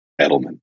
Edelman